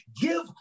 Give